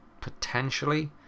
potentially